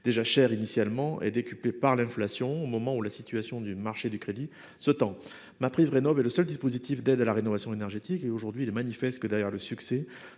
déjà chers initialement, est décuplé par l'inflation, au moment où la situation du marché du crédit se tend. MaPrimeRénov'est le seul dispositif d'aide à la rénovation énergétique. Il est aujourd'hui manifeste que, malgré son succès,